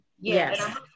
Yes